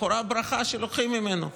לכאורה ברכה שלוקחים ממנו,